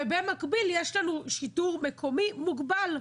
במקביל, יש לנו שיטור מקומי מוגבל.